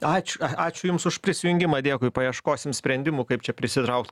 ačiū ačiū jums už prisijungimą dėkui paieškosim sprendimų kaip čia prisitraukt